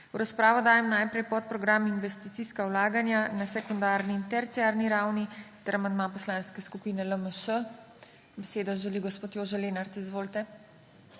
V razpravo dajem najprej podprogram Investicijska vlaganja na sekundarni in terciarni ravni ter amandma Poslanske skupine LMŠ. Besedo želi gospod Jože Lenart. Izvolite.